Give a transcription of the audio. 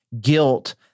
guilt